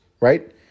right